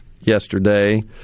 yesterday